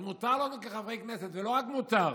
אז מותר לנו כחברי כנסת, ולא רק מותר,